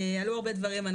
עלו הרבה דברים,